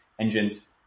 engines